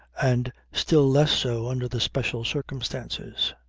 and still less so under the special circumstances.